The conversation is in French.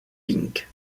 pink